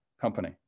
company